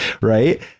right